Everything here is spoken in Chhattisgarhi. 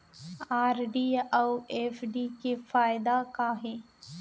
आर.डी अऊ एफ.डी के फायेदा का हे?